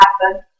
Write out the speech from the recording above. happen